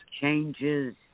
changes